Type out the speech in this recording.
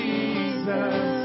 Jesus